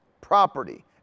property